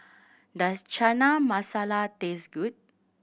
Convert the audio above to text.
does Chana Masala taste good